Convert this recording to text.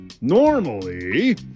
Normally